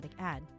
ad